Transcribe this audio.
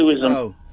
No